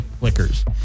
Liquors